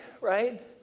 Right